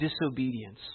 disobedience